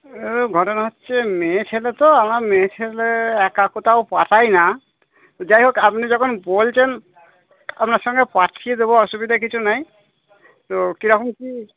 ঘটনা হচ্ছে মেয়ে ছেলে তো আমরা মেয়ে ছেলে একা কোথাও পাঠাই না যাই হোক আপনি যখন বলছেন আপনার সঙ্গে পাঠিয়ে দেব অসুবিধা কিছু নেই তো কে রকম কি